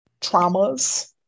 traumas